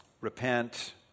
repent